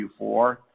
Q4